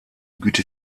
güte